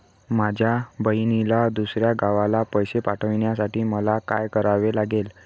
माझ्या बहिणीला दुसऱ्या गावाला पैसे पाठवण्यासाठी मला काय करावे लागेल?